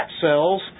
cells